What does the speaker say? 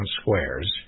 Squares